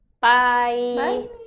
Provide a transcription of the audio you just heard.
Bye